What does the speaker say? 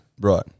Right